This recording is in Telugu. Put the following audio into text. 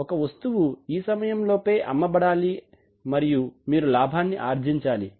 ఒక వస్తువు ఈ సమయంలోపే అమ్మబడాలి మరియు మీరు లాభాల్ని ఆర్జించాలి